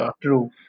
true